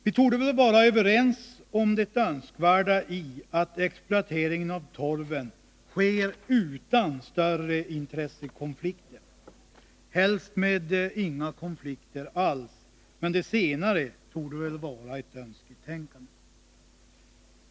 Vi torde väl vara överens om det önskvärda i att exploateringen av torven sker utan större intressekonflikter — helst med inga konflikter alls, men det senare torde väl vara ett önsketänkande.